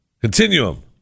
Continuum